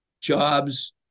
jobs